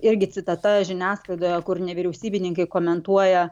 irgi citata žiniasklaidoje kur nevyriausybininkai komentuoja